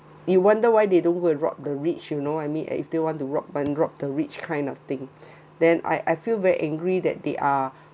he wonder why they don't go and rob the rich you know I mean and if they want to rob uh rob the rich kind of thing then I I feel very angry that they are